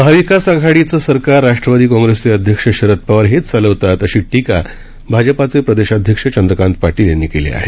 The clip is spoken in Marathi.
महाविकास आघाडीचं सरकार राष्ट्रवादी काँग्रेसचे अध्यक्ष शरद पवार हेच चालवतात अशी टीका भाजपाचे प्रदेशाध्यक्ष चंद्रकांत पाटील यांनी केली आहे